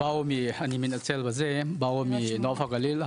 הם באו מנוף הגליל,